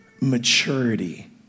maturity